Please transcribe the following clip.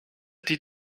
die